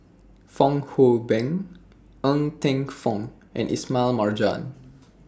Fong Hoe Beng Ng Teng Fong and Ismail Marjan